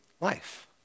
life